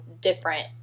different